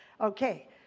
okay